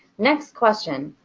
next question.